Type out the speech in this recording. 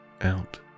out